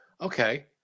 Okay